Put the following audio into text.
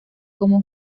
como